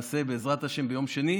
ובעזרת השם נעשה ביום שני,